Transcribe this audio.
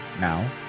Now